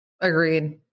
Agreed